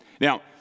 Now